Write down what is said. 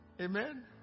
Amen